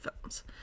films